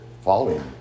following